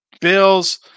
Bills